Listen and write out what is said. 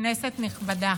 כנסת נכבדה,